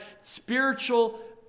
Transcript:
spiritual